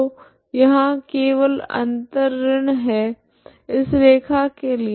तो यहाँ केवल अंतर ऋण है इस रैखा के लिए